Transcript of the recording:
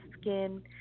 skin